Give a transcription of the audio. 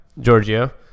Giorgio